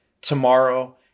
tomorrow